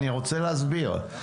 אני רוצה להסביר,